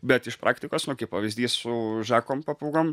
bet iš praktikos nu kaip pavyzdys su žakom papūgom